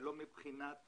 ושלא ייגרם נזק מבחינת